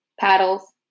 paddles